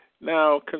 Now